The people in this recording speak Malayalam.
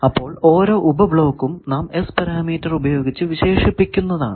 അപ്പോൾ ഓരോ ഉപ ബ്ലോക്കും നാം S പാരാമീറ്റർ ഉപയോഗിച്ച് വിശേഷിപ്പിക്കുന്നതാണ്